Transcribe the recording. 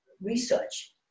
research